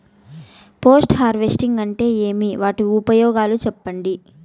Post harvesting అంటే ఏమి? వాటి ఉపయోగాలు చెప్పండి?